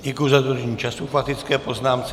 Děkuji za dodržení času k faktické poznámce.